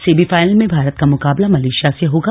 semifinal में भारत का मुकाबला मलेशिया से होगा